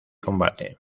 combate